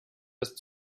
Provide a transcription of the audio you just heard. ist